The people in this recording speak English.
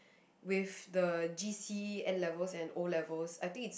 with the g_c_e n-levels and o-levels I think it's